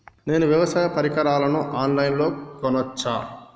నేను వ్యవసాయ పరికరాలను ఆన్ లైన్ లో కొనచ్చా?